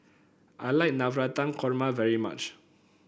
I like Navratan Korma very much